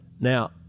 Now